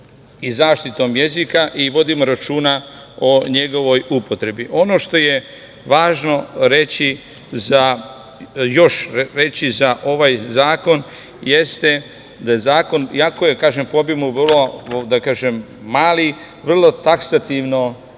i zaštitom jezika i vodimo računa o njegovoj upotrebi. Ono što je važno još reći za ovaj zakon jeste da zakon, i ako je po obimu vrlo mali, vrlo taksativno